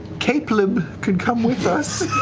capeleb, could come with us.